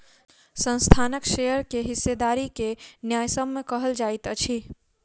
संस्थानक शेयर के हिस्सेदारी के न्यायसम्य कहल जाइत अछि